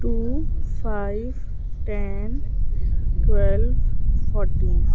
two five ten twelve fourteen